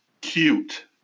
cute